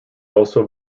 also